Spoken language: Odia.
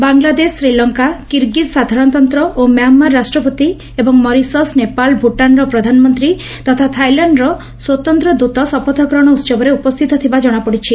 ବାଂଲାଦେଶ ଶ୍ରୀଲଙ୍କା କିରଗିଜ୍ ସାଧାରଶତନ୍ତ ଓ ମ୍ୟାମାର ରାଷ୍ଟ୍ରପତି ଏବଂ ମରିସସ୍ ନେପାଳ ଭୁଟାନର ପ୍ରଧାନମନ୍ତୀ ତଥା ଥାଇଲ୍ୟାଣ୍ଡର ସ୍ୱତନ୍ତ ଦୂତ ଶପଥ ଗ୍ରହଶ ଉହବରେ ଉପସ୍ଥିତ ଥିବା ଜଣାପଡିଛି